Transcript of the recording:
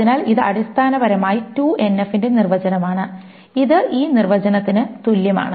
അതിനാൽ ഇത് അടിസ്ഥാനപരമായി 2NF ന്റെ നിർവചനമാണ് ഇത് ഈ നിർവചനത്തിന് തുല്യമാണ്